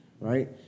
right